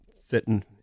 sitting